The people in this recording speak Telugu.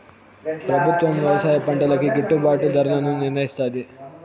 ప్రభుత్వం వ్యవసాయ పంటలకు గిట్టుభాటు ధరలను నిర్ణయిస్తాది